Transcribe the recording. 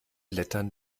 lettern